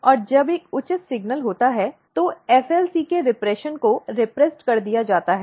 और जब एक उचित सिग्नल होता है तो FLC के रीप्रिशन को रीप्रिस्ट कर दिया जाता है